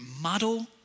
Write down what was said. muddle